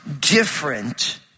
different